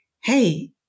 hey